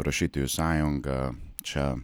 rašytojų sąjunga čia